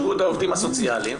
יושב-ראש איגוד העובדים הסוציאליים,